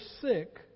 sick